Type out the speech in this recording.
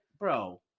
Bro